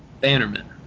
Bannerman